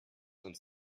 uns